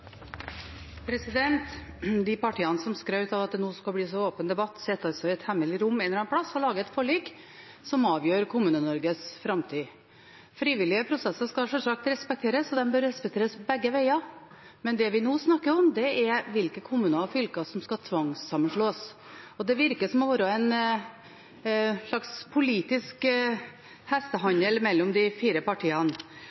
De partiene som skrøt av at det nå skulle bli en så åpen debatt, sitter altså i et hemmelig rom et eller annet sted og lager et forlik som avgjør Kommune-Norges framtid. Frivillige prosesser skal sjølsagt respekteres, og de bør respekteres begge veier, men det vi nå snakker om, er hvilke kommuner og fylker som skal tvangssammenslås, og det virker å være en slags politisk